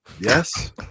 Yes